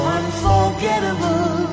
unforgettable